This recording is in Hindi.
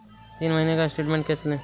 तीन महीने का स्टेटमेंट कैसे लें?